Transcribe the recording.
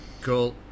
cool